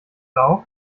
auch